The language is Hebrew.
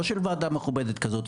לא של ועדה מכובדת כזאת,